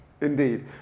Indeed